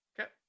okay